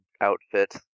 outfit